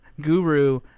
guru